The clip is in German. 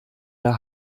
der